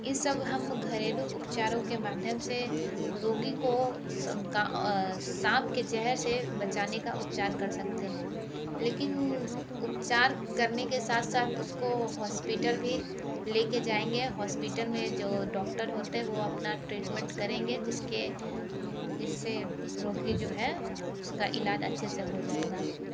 इस सब हम घरेलू उपचारों के माध्यम से रोगी को साँप के ज़हर से बचाने का उपचार कर सकते हैं लेकिन उपचार करने के साथ साथ उसको हॉस्पिटल भी लेके जाएंगे हॉस्पिटल में जो डॉक्टर होते हैं वो अपना ट्रीटमेंट करेंगे जिसके जिससे रोगी जो है उसका इलाज अच्छे से हो जाएगा